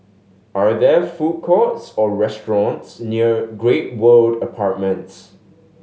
are there food courts or restaurants near Great World Apartments